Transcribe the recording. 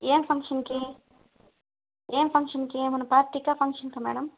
ఏమి ఫంక్షన్కి ఏమి ఫంక్షన్కి ఏమన్నా పార్టీకా ఫంక్షన్కా మేడం